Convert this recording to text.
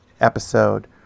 episode